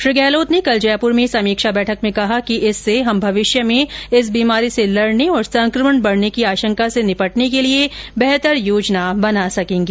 श्री गहलोत ने कल जयपुर में समीक्षा बैठक में कहा कि इससे हम भविष्य में इस बीमारी से लड़ने और संक्रमण बढ़ने की आशंका से निपटने के लिए बेहतर योजना बना सकेंगे